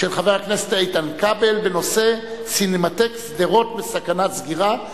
של חבר הכנסת איתן כבל בנושא: סינמטק שדרות בסכנת סגירה.